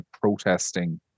protesting